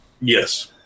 Yes